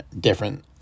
different